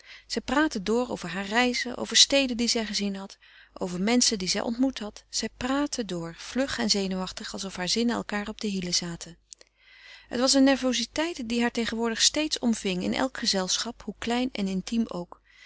zij praatte door over hare reizen over steden die zij gezien had over menschen die zij ontmoet had praatte door vlug en zenuwachtig alsof hare zinnen elkaâr op de hielen zaten het was eene nervoziteit die haar tegenwoordig steeds omving in elk gezelschap hoe klein en intiem ook